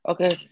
Okay